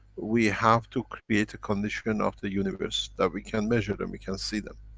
we have to create a condition of the universe that we can measure them, we can see them.